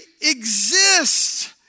exists